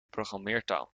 programmeertaal